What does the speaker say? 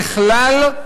ככלל,